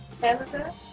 Canada